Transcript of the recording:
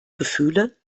gefühle